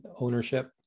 Ownership